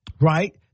Right